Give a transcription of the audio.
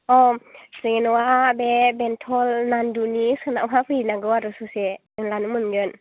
जोंनि न'आ बे बेंथल नाण्डुनि सोनाबहा फैनांगौ आरो ससे होनब्लानो मोनगोन